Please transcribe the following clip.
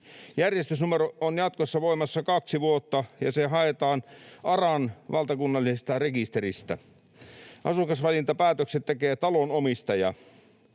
Järjestysnumero on jatkossa voimassa kaksi vuotta, ja se haetaan ARAn valtakunnallisesta rekisteristä. Asukasvalintapäätökset tekee talon omistaja.